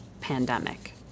pandemic